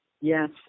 yes